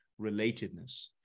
relatedness